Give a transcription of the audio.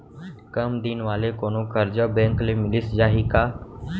कम दिन वाले कोनो करजा बैंक ले मिलिस जाही का?